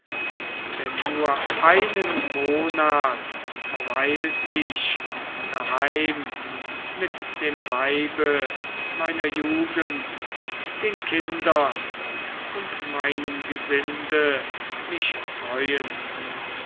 denn nur einen monat verweilt ich daheim mit dem weibe meiner jugend den kindern und meinem gesinde mich freuend